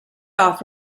off